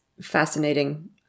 fascinating